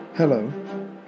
Hello